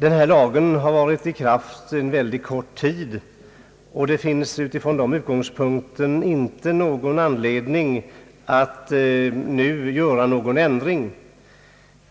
Den nu gällande lagen har varit i kraft mycket kort tid, och det finns från den utgångspunkten inte någon anledning att nu göra någon ändring.